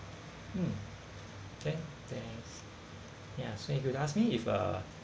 mm than~ thanks ya so you could ask me if uh